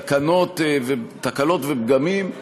תקלות ופגמים,